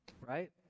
right